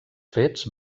fets